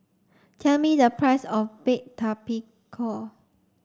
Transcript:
tell me the price of baked tapioca